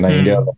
India